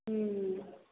हूँ